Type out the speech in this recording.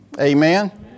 Amen